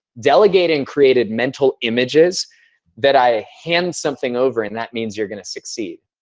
delegating created mental images that i hand something over and that means you're going to succeed,